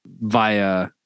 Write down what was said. via